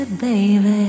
baby